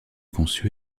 conçu